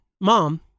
mom